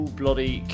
bloody